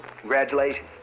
congratulations